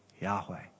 Yahweh